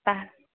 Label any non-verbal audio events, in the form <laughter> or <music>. <unintelligible>